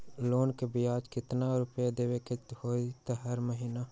Loan के ब्याज कितना रुपैया देबे के होतइ हर महिना?